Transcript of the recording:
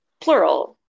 plural